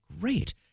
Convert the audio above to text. great